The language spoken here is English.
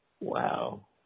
Wow